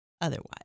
otherwise